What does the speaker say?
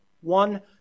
One